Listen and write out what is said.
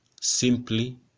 simply